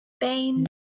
Bane